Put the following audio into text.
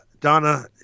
Donna